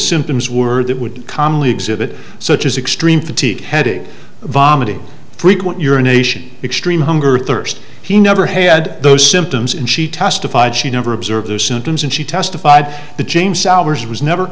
symptoms were that would commonly exhibit such as extreme fatigue headache vomiting frequent urination extreme hunger thirst he never had those symptoms and she testified she never observe those symptoms and she testified the james hours was never